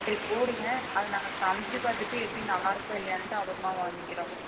சரி போடுங்க அதை நாங்கள் சமைச்சு பார்த்துட்டு எப்படி நல்லாயிருக்கா இல்லையாண்ட்டு அப்புறமா வாங்கிக்கிறோம்